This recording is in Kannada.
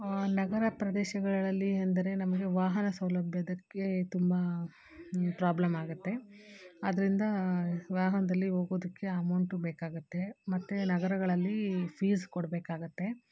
ನಗರ ಪ್ರದೇಶಗಳಲ್ಲಿ ಅಂದರೆ ನಮಗೆ ವಾಹನ ಸೌಲಭ್ಯಕ್ಕೆ ತುಂಬ ಪ್ರಾಬ್ಲಮ್ ಆಗತ್ತೆ ಅದರಿಂದ ವಾಹನದಲ್ಲಿ ಹೋಗೋದುಕ್ಕೆ ಅಮೌಂಟು ಬೇಕಾಗುತ್ತೆ ಮತ್ತು ನಗರಗಳಲ್ಲಿ ಫೀಸ್ ಕೊಡಬೇಕಾಗತ್ತೆ